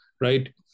right